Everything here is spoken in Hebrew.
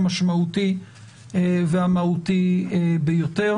המשמעותי והמהותי ביותר,